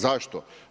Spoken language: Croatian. Zašto?